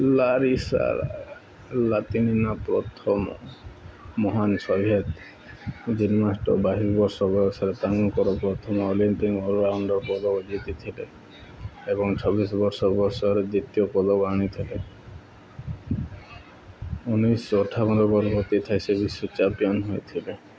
Larissa Latynina ପ୍ରଥମ ମହାନ Soviet gymnast ବାଇଶ ବର୍ଷ ବୟସରେ ତାଙ୍କର ପ୍ରଥମ ଅଲିମ୍ପିକ୍ସ ଅଲ୍ରାଉଣ୍ଡ ପଦକ ଜିତିଥିଲେ ଏବଂ ଛବିଶ ବର୍ଷ ବୟସରେ ଦ୍ୱିତୀୟ ପଦକ ଆଣିଥିଲେ ଉଣେଇଶହ ଅଠାବନରେ ଗର୍ଭବତୀ ଥାଇ ସେଇ ବିଶ୍ୱ ଚାମ୍ପିଆନ୍ ହୋଇଥିଲେ